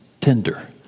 tender